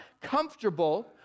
comfortable